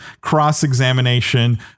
cross-examination